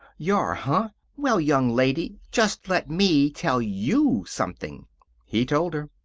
y'are, huh? well, young lady, just let me tell you something he told her.